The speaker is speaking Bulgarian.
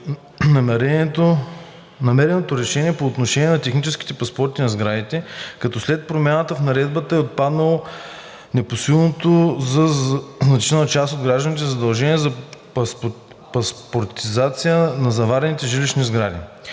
намереното решение по отношение на техническите паспорти на сградите, като след промяна в наредбата е отпаднало непосилното за значителна част от гражданите задължение за паспортизация на заварените жилищни сгради.